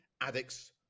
Addicts